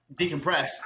decompress